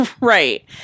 right